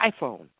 iPhone